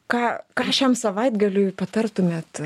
ką ką šiam savaitgaliui patartumėt